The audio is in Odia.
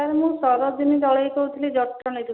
ସାର୍ ମୁଁ ସରୋଜିନୀ ଦଳେଇ କହୁଥିଲି ଜଟଣୀରୁ